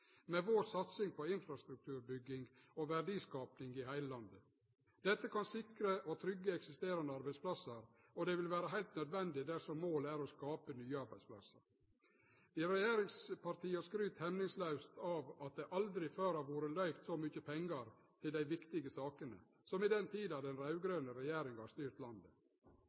med vår satsing på infrastrukturbygging og verdiskaping i heile landet. Dette kan sikre og tryggje eksisterande arbeidsplassar, og det vil vere heilt nødvendig dersom målet er å skape nye arbeidsplassar. Regjeringspartia skryter hemningslaust av at det aldri før har vore løyvt så mykje pengar til dei viktige sakene som i den tida den raud-grøne regjeringa har styrt landet.